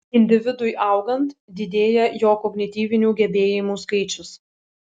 individui augant didėja jo kognityvinių gebėjimų skaičius